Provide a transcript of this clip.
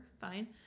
fine